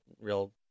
real